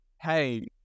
hey